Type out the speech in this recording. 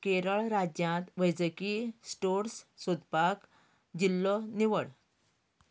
केरळ राज्यांत वैजकी स्टोर्स सोदपाक जिल्लो निवड